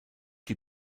die